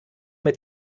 mit